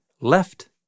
left